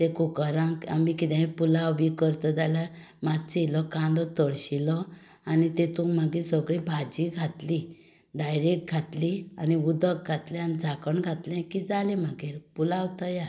त्या कुकरांत आमी कितेंय पुलाव बी करता जाल्यार मात्शें इल्लो कांदो तळशिलो आनी तातून मागीर सगळीं भाजी घातली डायरेक्ट घातली आनी उदक घातलें आनी धाकण घातलें की जालें मागीर पुलाव तयार